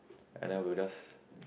and then we'll just